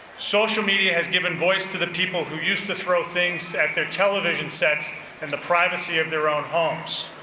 social media has given voice to the people who used to throw things at their television sets in and the privacy of their own homes.